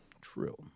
True